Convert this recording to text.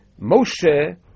Moshe